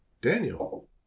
Daniel